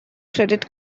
credit